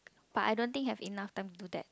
but I don't think have enough time to do that